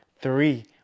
three